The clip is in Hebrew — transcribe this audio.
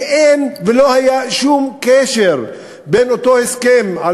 שאין ולא היה שום קשר בין אותו הסכם על